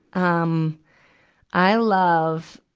um i love,